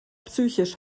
psychisch